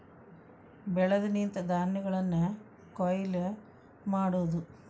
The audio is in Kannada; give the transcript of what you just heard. ಬೆಳೆದು ನಿಂತ ಧಾನ್ಯಗಳನ್ನ ಕೊಯ್ಲ ಮಾಡುದು